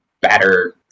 better